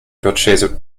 purchase